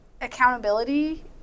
accountability